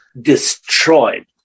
destroyed